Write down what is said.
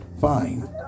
fine